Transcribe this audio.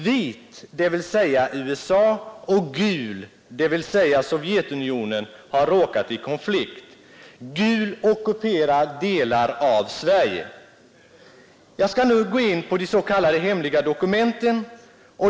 Vit, dvs. USA, och Gul, dvs. Sovjetunionen, har råkat i konflikt. Gul ockuperar delar av Sverige. Jag skall nu gå in på de s.k. hemliga dokumenten.